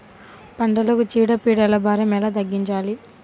పంటలకు చీడ పీడల భారం ఎలా తగ్గించాలి?